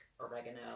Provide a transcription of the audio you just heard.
oregano